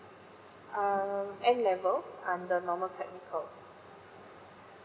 um N level I'm the normal technical